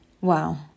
Wow